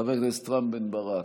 חבר הכנסת רם בן ברק,